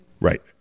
Right